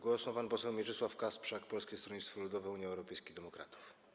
Głos ma pan poseł Mieczysław Kasprzak, Polskie Stronnictwo Ludowe - Unia Europejskich Demokratów.